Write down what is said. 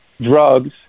drugs